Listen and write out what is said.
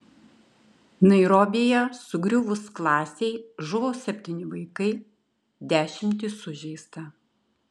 nairobyje sugriuvus klasei žuvo septyni vaikai dešimtys sužeista